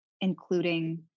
including